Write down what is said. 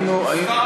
לא כתובה אף מילה.